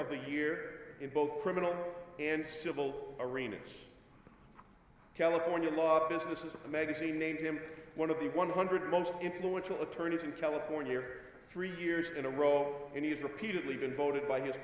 of the year in both criminal and civil arenas california law businesses magazine named him one of the one hundred most influential attorneys in california three years in a row and he's repeatedly been voted by his